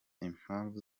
impamvu